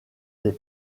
des